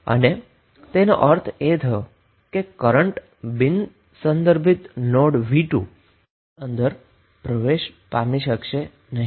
અને તેનો અર્થ એ થયો કે current non reference node v2 ની અંદર પ્રવેશી શકશે નહી